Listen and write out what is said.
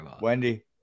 Wendy